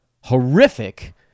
horrific